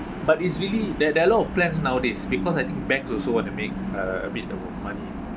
but it's really there there are a lot of plans nowadays because I think banks also want to make uh a bit